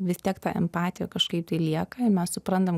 vis tiek ta empatija kažkaip tai lieka ir mes suprantam